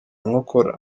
nkokora